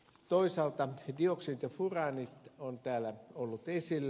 toisaalta dioksiinit ja furaanit ovat täällä olleet esillä